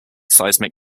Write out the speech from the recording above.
seismic